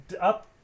up